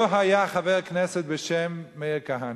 היה היה חבר כנסת בשם מאיר כהנא,